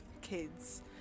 kids